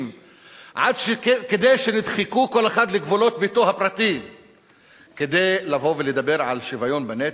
עד שנדחקו כל אחד לגבולות ביתו הפרטי כדי לבוא ולדבר על שוויון בנטל?